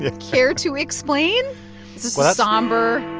ah care to explain? is this a somber.